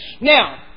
Now